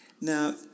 Now